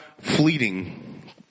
fleeting